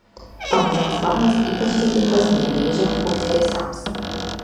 pamainos vadas ypač dėkingas nemėžio ugniagesiams